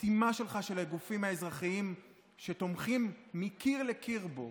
הרתימה שלך של הגופים האזרחיים שתומכים מקיר לקיר בו,